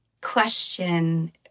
question